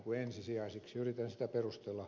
yritän sitä perustella lyhyesti